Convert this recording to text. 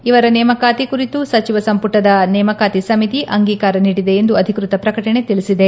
ಇವರ ನೇಮಕಾತಿ ಕುರಿತು ಸಚಿವ ಸಂಪುಟದ ನೇಮಕಾತಿ ಸಮಿತಿ ಅಂಗೀಕಾರ ನೀಡಿದೆ ಎಂದು ಅಧಿಕ್ಷತ ಪ್ರಕಟಣೆ ತಿಳಿಸಿದೆ